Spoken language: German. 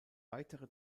weitere